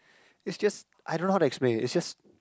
is just I don't know how to explain is just